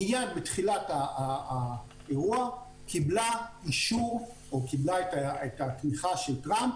מייד בתחילת האירוע קיבלה אישור או קיבלה את התמיכה של טראמפ